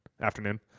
afternoon